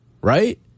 right